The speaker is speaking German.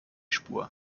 spur